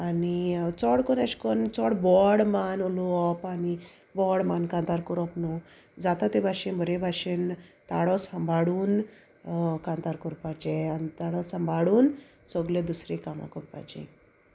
आनी चोड कोन्न एशकोन्न चोड बोवाळ मान उलोवप आनी बोवाळ मान कांतार कोरोप न्हू जाता ते भाशेन बोरे भाशेन ताळो सांबाळून कांतार कोरपाचें आनी ताळो सांबाळून सोगलीं दुसरीं कामां कोरपाचीं